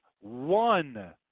One